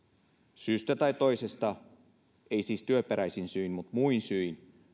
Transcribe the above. syystä tai toisesta ei siis työperäisin syin mutta muin syin